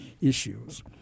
issues